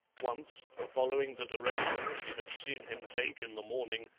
once, following the direction she had seen him take in the morning,